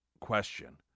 question